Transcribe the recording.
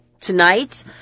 tonight